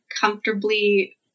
comfortably